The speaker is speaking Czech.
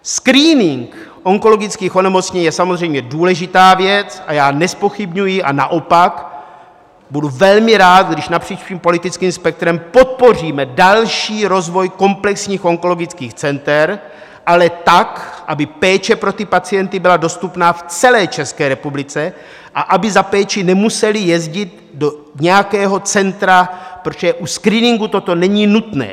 Screening onkologických onemocnění je samozřejmě důležitá věc a já nezpochybňuji, ba naopak, budu velmi rád, když napříč politickým spektrem podpoříme další rozvoj komplexních onkologických center, ale tak, aby péče pro pacienty byla dostupná v celé České republice a aby za péčí nemuseli jezdit do nějakého centra, protože u screeningu toto není nutné.